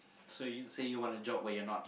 so you say you want a job when you are not